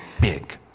big